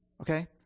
Okay